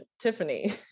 Tiffany